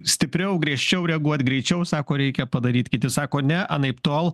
stipriau griežčiau reaguot greičiau sako reikia padaryt kiti sako ne anaiptol